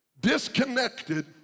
disconnected